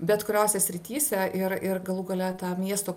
bet kuriose srityse ir ir galų gale tą miesto